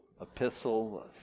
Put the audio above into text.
epistle